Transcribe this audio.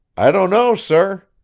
i don't know, sir.